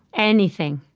anything.